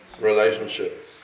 relationship